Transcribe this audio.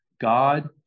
God